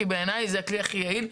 כי בעיניי זה הכלי הכי יעיל.